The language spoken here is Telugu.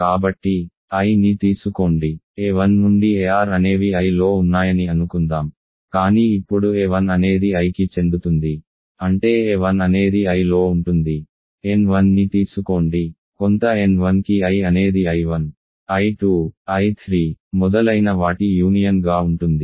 కాబట్టి I ని తీసుకోండి a1 నుండి ar వరకు I లో ఉన్నాయని అనుకుందాం కానీ ఇప్పుడు a1 అనేది I కి చెందుతుంది అంటే a1 అనేది I లో ఉంటుంది n1 ని తీసుకోండి కొంత n1 కి I అనేది I1 I2 I3 మొదలైన వాటి యూనియన్ గా ఉంటుంది